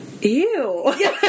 Ew